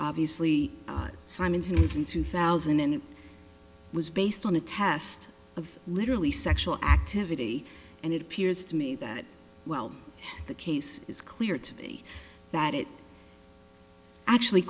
obviously simon who is in two thousand and it was based on a test of literally sexual activity and it appears to me that well the case is clear to me that it actually